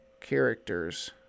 characters